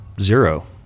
zero